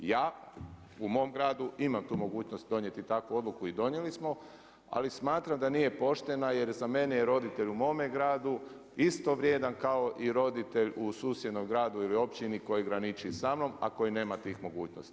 Ja u mom gradu imam tu mogućnost donijeti takvu odluku i donijeli smo, ali smatram da nije poštena jer za mene je roditelj u mome gradu isto vrijedan kao i roditelj u susjednom gradu i općini koji graniči sa mnom, a koji nema tih mogućnosti.